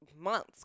months